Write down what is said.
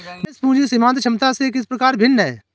निवेश पूंजी सीमांत क्षमता से किस प्रकार भिन्न है?